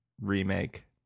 remake